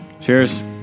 Cheers